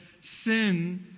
sin